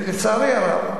לצערי הרב,